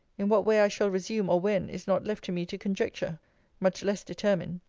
in what way i shall resume, or when, is not left to me to conjecture much less determine.